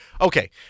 Okay